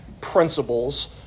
principles